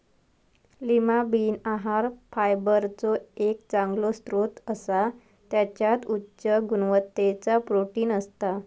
Lima bean आहार फायबरचो एक चांगलो स्त्रोत असा त्याच्यात उच्च गुणवत्तेचा प्रोटीन असता